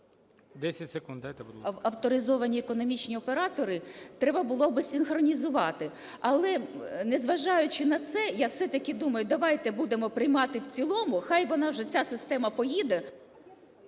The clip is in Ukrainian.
авторизовані економічні оператори, треба було би синхронізувати. Але, незважаючи на це, я все-таки думаю: давайте будемо приймати в цілому, хай вона вже ця система поїде...